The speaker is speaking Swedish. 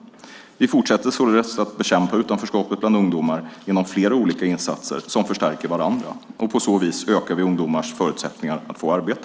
Vi fortsätter således att bekämpa utanförskapet bland ungdomar genom flera olika insatser, som förstärker varandra. På så vis ökar vi ungdomarnas förutsättningar att få arbete.